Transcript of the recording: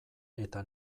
eta